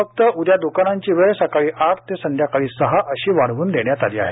फक्त उदया द्रकानांची वेळ सकाळी आठ ते संध्याकाळी सहा अशी वाढव्न देण्यात आली आहे